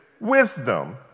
wisdom